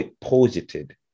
posited